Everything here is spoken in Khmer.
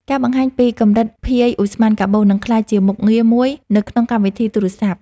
ការបង្ហាញពីកម្រិតភាយឧស្ម័នកាបូន នឹងក្លាយជាមុខងារមួយនៅក្នុងកម្មវិធីទូរសព្ទ។